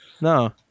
No